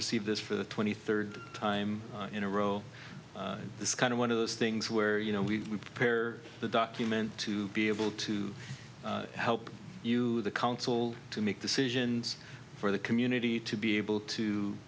receive this for the twenty third time in a row this kind of one of those things where you know we pare the document to be able to help the council to make decisions for the community to be able to